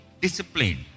Discipline